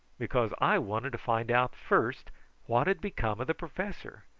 because i wanted to find out first what had become of the professor.